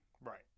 right